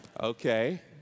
Okay